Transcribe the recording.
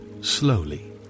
slowly